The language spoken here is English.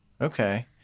Okay